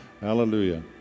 hallelujah